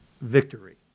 victory